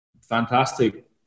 Fantastic